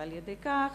ועל-ידי כך